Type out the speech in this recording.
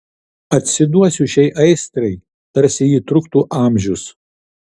atsiduosiu šiai aistrai tarsi ji truktų amžius